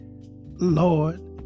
Lord